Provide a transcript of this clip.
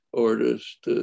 artist